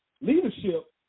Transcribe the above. leadership